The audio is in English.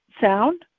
sound